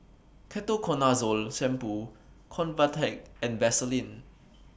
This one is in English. Ketoconazole Shampoo Convatec and Vaselin